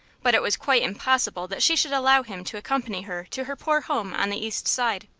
but it was quite impossible that she should allow him to accompany her to her poor home on the east side.